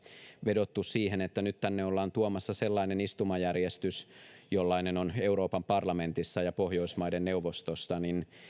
vedottu siihen että nyt tänne ollaan tuomassa sellainen istumajärjestys jollainen on euroopan parlamentissa ja pohjoismaiden neuvostossa niin